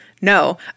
No